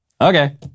Okay